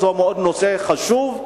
שהוא נושא מאוד חשוב,